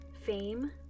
Fame